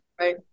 Right